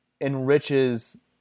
enriches